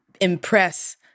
impress